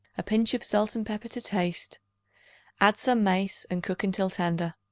a pinch of salt and pepper to taste add some mace and cook until tender.